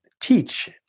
teach